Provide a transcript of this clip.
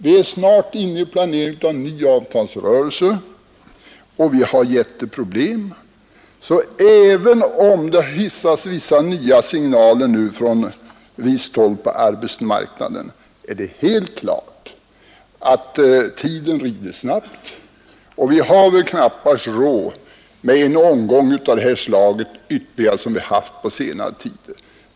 Vi är snart inne i planeringen av en ny avtalsrörelse, och vi har jätteproblem. Det har hissats nya signaler från visst håll på arbetsmarknaden, men tiden rider snabbt och vi har väl knappast råd med ytterligare en omgång av det här slaget som vi haft på senare tid.